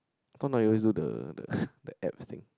I thought now you always do the the the abs thing